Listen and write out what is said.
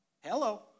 Hello